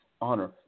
honor